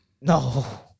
No